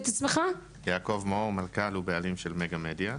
אני מנכ"ל ובעלים של "מגה מדיה".